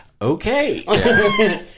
Okay